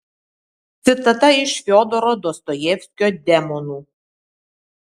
citata iš fiodoro dostojevskio demonų